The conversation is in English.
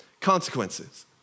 Consequences